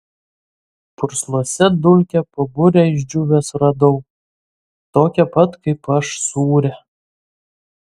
pursluose dulkę po bure išdžiūvęs radau tokią pat kaip aš sūrią